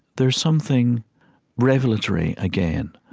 there's something revelatory, again,